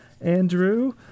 Andrew